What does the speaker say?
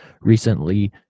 recently